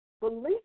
belief